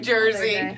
Jersey